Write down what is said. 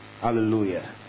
Hallelujah